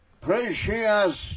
precious